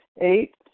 Eight